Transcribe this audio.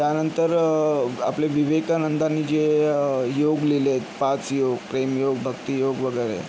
त्यानंतर आपले विवेकानंदांनी जे योग लिहिलेत पाच योग प्रेमयोग भक्तियोग वगैरे